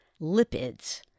lipids